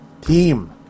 team